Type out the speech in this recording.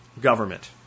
government